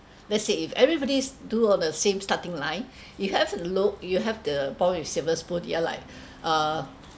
let's say if everybody do on the same starting line you have the look you have the born with silver spoon you're like uh